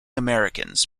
americans